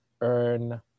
earn